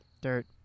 dirt